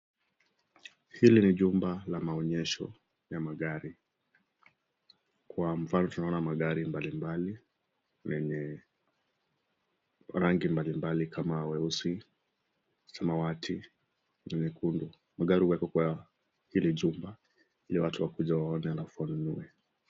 Hili ni jumba la maonyesho ya magari, kwa mfano tunaona magari mbalimbali yenye rangi mbalimbali kama weusi, samawati na nyekundu. Magari huwekwa kwa hili jumba ili watu wakuje waone halafu wanunue.